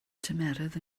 tymheredd